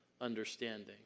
understanding